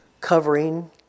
covering